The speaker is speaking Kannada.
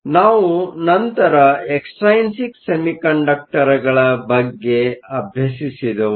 ಆದ್ದರಿಂದ ನಾವು ನಂತರ ಎಕ್ಸ್ಟ್ರೈನ್ಸಿಕ್ ಸೆಮಿಕಂಡಕ್ಟರ್ಗಳ ಬಗ್ಗೆ ಅಭ್ಯಸಿಸಿದೆವು